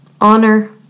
honor